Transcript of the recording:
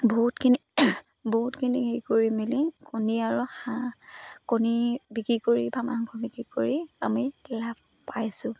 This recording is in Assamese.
বহুতখিনি বহুতখিনি হেৰি কৰি মেলি কণী আৰু হাঁহ কণী বিক্ৰী কৰি বা মাংস বিক্ৰী কৰি আমি লাভ পাইছোঁ